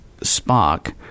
Spock